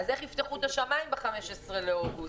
אז איך יפתחו את השמיים ב-15 באוגוסט?